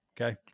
Okay